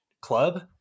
club